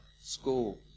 school